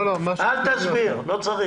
לא צריך.